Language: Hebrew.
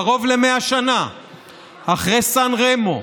קרוב ל-100 שנה אחרי סן רמו,